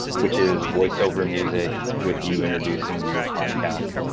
which is voice over music with you introducing your podcast.